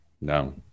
No